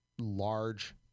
large